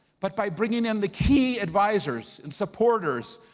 but by bringing them the key advisors, and supporters,